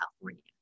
California